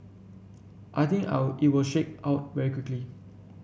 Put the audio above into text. I think I'll it was shake out very quickly